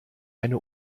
eine